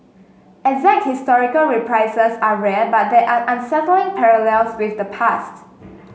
exact historical reprises are rare but there are unsettling parallels with the past